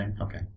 okay